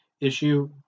issue